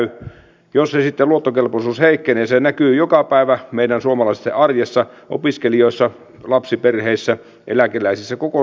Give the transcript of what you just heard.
jos sitten se luottokelpoisuus heikkenee se näkyy joka päivä meidän suomalaisten arjessa opiskelijoissa lapsiperheissä eläkeläisissä koko suomessa